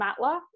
Matla